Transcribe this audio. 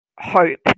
hope